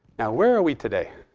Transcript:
now where are we today?